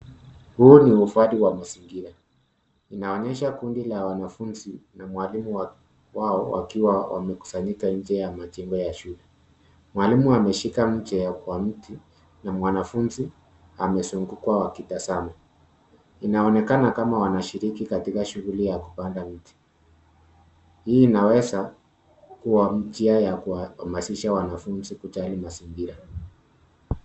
Huu ni uhifadhi wa mazingira. Inaonyesha kundi la wanafunzi na walimu wao wakiwa wamekusanyika nje ya majengo ya shule. Mwalimu ameshika mche ya kwa mti na mwanafunzi amezungukwa wakitazama. Inaonekana kama wanashiriki katika shughuli ya kupanda mti. Hii inaweza kuwa njia ya kuwahamasisha wanafunzi kujali mazingira.